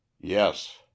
Yes